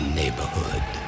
neighborhood